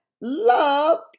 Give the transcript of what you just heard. loved